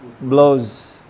blows